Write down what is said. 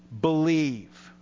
believe